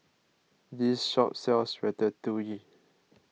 this shop sells Ratatouille